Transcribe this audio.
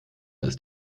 ist